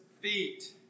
feet